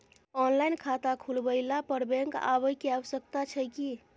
Online खाता खुलवैला पर बैंक आबै के आवश्यकता छै की?